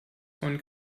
von